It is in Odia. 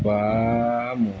ବାମ